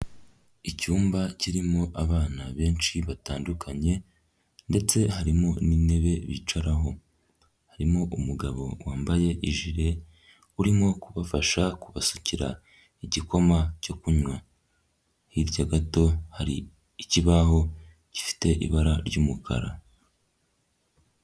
Icyumba kirimo abana benshi batandukanye ndetse harimo n'intebe bicaraho, harimo umugabo wambaye ijire urimo kubafasha kubasukira igikoma cyo kunywa, hirya gato hari ikibaho gifite ibara ry'umukara.